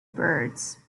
birds